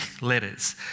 letters